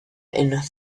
and